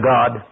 God